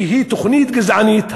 כי היא תוכנית גזענית,